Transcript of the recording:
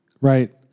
right